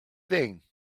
thing